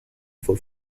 for